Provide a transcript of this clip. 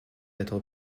être